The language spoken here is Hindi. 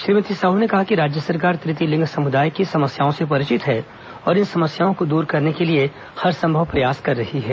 श्रीमती साहू ने कहा कि राज्य सरकार तुतीय लिंग समुदाय की समस्याओं से परिचित है और इन समस्याओं को दूर करने के लिए हर संभव प्रयास कर रही है